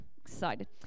excited